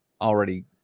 already